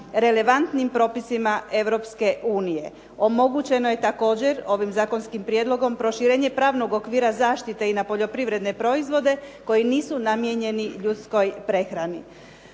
relevantnim propisima Europske unije. Omogućeno je također ovim zakonskim prijedlogom proširenje pravnog okvira zaštite i na poljoprivredne proizvode koji nisu namijenjeni ljudskoj prehrani.